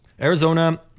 Arizona